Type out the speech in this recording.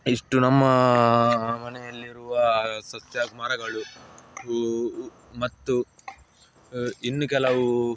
ಇಷ್ಟು ನಮ್ಮ ಮನೆಯಲ್ಲಿರುವ ಸಸ್ಯ ಹಾಗೂ ಮರಗಳು ಹೂ ಮತ್ತು ಇನ್ನೂ ಕೆಲವು